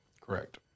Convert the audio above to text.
Correct